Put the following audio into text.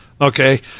okay